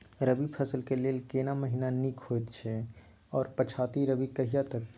रबी फसल के लेल केना महीना नीक होयत अछि आर पछाति रबी कहिया तक?